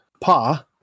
Pa